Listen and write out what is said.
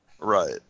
Right